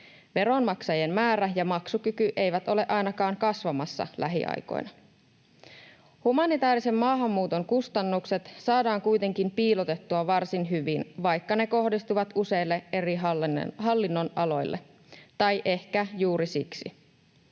Veronmaksajien määrä ja maksukyky eivät ole ainakaan kasvamassa lähiaikoina. Humanitaarisen maahanmuuton kustannukset saadaan kuitenkin piilotettua varsin hyvin, vaikka ne kohdistuvat useille eri hallinnonaloille, tai ehkä juuri siksi.